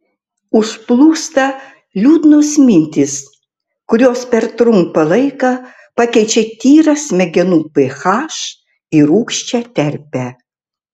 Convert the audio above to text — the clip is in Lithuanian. užplūsta liūdnos mintys kurios per trumpą laiką pakeičia tyrą smegenų ph į rūgščią terpę